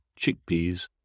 chickpeas